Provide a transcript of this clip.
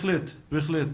בהחלט, בהחלט.